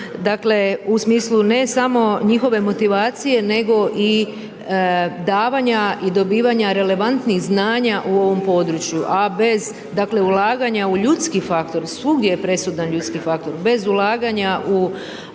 Dakle u smislu ne samo njihove motivacije nego i davanja i dobivanja relevantnih znanja u ovom području a bez dakle ulaganja u ljudski faktor. Svugdje je presudan ljudski faktor. Bez ulaganja u